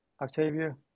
Octavia